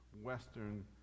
Western